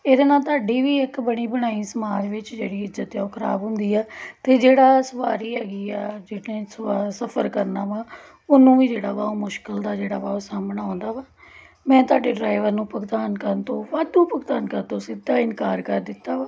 ਇਹਦੇ ਨਾਲ ਤੁਹਾਡੀ ਵੀ ਇੱਕ ਬਣੀ ਬਣਾਈ ਸਮਾਜ ਵਿੱਚ ਜਿਹੜੀ ਇੱਜ਼ਤ ਹੈ ਉਹ ਖਰਾਬ ਹੁੰਦੀ ਆ ਅਤੇ ਜਿਹੜਾ ਸਵਾਰੀ ਹੈਗੀ ਆ ਜਿਹਨੇ ਸਵਾ ਸਫਰ ਕਰਨਾ ਵਾਂ ਉਹਨੂੰ ਵੀ ਜਿਹੜਾ ਵਾ ਉਹ ਮੁਸ਼ਕਲ ਦਾ ਜਿਹੜਾ ਵਾ ਉਹ ਸਾਹਮਣਾ ਆਉਂਦਾ ਵਾ ਮੈਂ ਤੁਹਾਡੇ ਡਰਾਈਵਰ ਨੂੰ ਭੁਗਤਾਨ ਕਰਨ ਤੋਂ ਵਾਧੂ ਭੁਗਤਾਨ ਕਰਨ ਤੋਂ ਸਿੱਧਾ ਇਨਕਾਰ ਕਰ ਦਿੱਤਾ ਵਾ